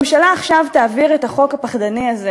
הממשלה עכשיו תעביר את החוק הפחדני הזה,